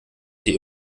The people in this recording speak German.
sie